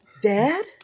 Dad